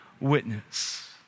witness